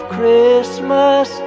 Christmas